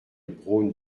braun